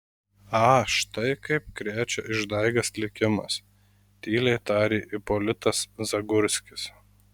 a štai kaip krečia išdaigas likimas tyliai tarė ipolitas zagurskis